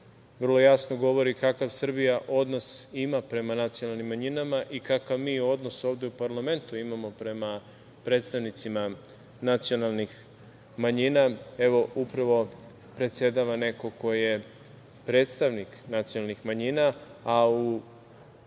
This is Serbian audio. vrlo jasno govori kakav Srbija odnos ima prema nacionalnim manjinama i kakav mi odnos ovde u parlamentu imamo prema predstavnicima nacionalnih manjina. Evo, upravo predsedava neko ko je predstavnik nacionalnih manjina,